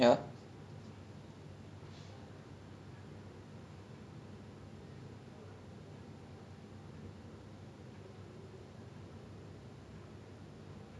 it's it's been like fifty five years like for this year lah it's been fifty five years and N_T_U and and N_U_S also they are at like the top twenty in the world the top fifteen in the world